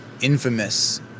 infamous